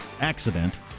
accident